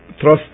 trust